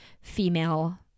female